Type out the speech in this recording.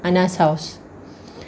ana's house